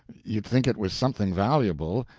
you'd think it was something valuable,